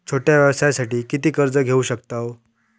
छोट्या व्यवसायासाठी किती कर्ज घेऊ शकतव?